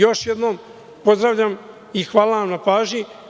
Još jednom, pozdravljam i hvala vam na pažnji.